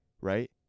right